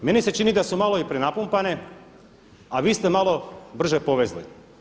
Meni se čini da su malo i prenapumpane, a vi ste malo brže povezli.